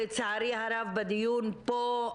לצערי הרב בדיון פה,